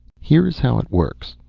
here is how it works.